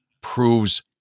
proves